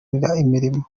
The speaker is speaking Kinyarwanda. imirimo